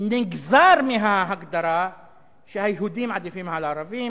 נגזר מההגדרה שהיהודים עדיפים על ערבים